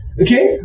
Okay